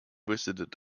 visited